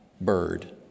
Bird